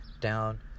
down